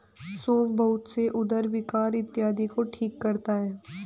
सौंफ बहुत से उदर विकार इत्यादि को ठीक करता है